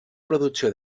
producció